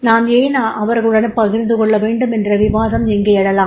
நாம் ஏன் அவர்களுடன் பகிர்ந்து கொள்ள வேண்டும் என்ற விவாதம் இங்கு எழலாம்